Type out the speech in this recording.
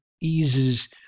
eases